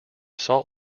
salt